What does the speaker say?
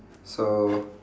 so